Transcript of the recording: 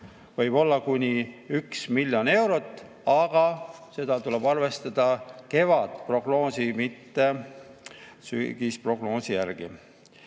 võib olla kuni 1 miljon eurot, aga seda tuleb arvestada kevadprognoosi, mitte sügisprognoosi järgi.